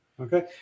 Okay